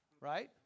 Right